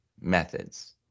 methods